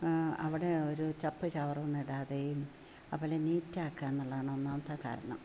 അവിടെ ഒരു ചപ്പ് ചവറൊന്നിടാതെയും അതു പോലെ നീറ്റാക്കുകയെന്നുള്ളതാണ് ഒന്നാമത്തെ കാരണം